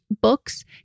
books